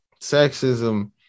sexism